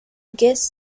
guest